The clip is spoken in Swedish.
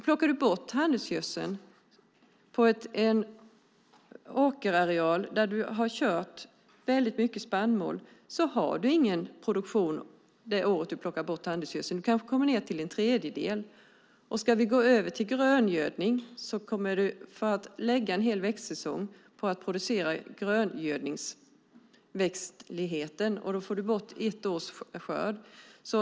Plockar man bort handelsgödsel på en åkerareal där man har kört väldigt mycket spannmål får man ingen produktion det året man tar bort handelsgödseln. Man kanske kommer ned till en tredjedel. Ska man gå över till gröngödning får man lägga en hel växtsäsong på att producera gröngödningsväxtligheten. Då går ett års skörd bort.